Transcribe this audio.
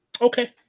Okay